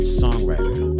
songwriter